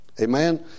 Amen